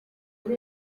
ubwo